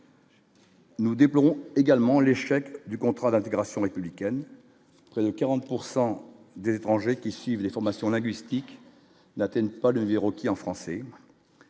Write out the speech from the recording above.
Nous déplorons également l'échec du contrat d'intégration républicaine près de 40 pourcent d'étrangers qui suivent les formations linguistiques n'atteignent pas le dire aux qui, en français,